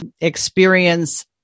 experience